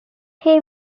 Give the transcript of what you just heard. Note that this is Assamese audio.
সেই